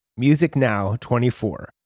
MUSICNOW24